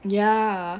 ya